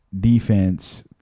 defense